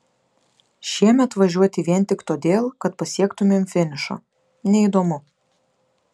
šiemet važiuoti vien tik todėl kad pasiektumėm finišą neįdomu